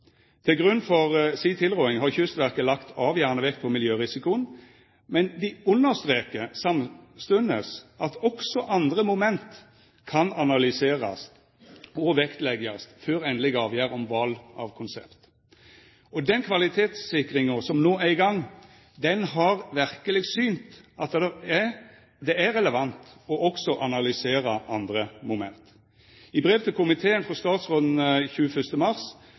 Til grunn for si tilråding har Kystverket lagt avgjerande vekt på miljørisikoen, men dei understrekar samstundes at også andre moment kan analyserast og vektleggjast før endeleg avgjerd om val av konsept. Og den kvalitetssikringa som no er i gang, har verkeleg synt at det er relevant å også analysera andre moment. I brev til komiteen frå statsråden 21. mars